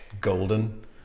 golden